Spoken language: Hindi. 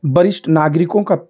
वरिष्ठ नागरिकों का